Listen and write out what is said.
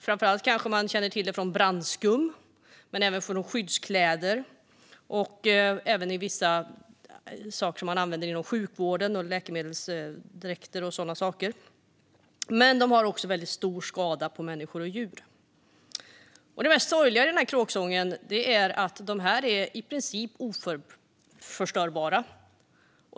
Framför allt känner man kanske till dem från brandskum, men de finns även i skyddskläder och vissa artiklar inom sjukvården och läkemedelstillverkning. De gör dock också väldigt stor skada på människor och djur. Det mest sorgliga i kråksången är att de här ämnena i princip är oförstörbara.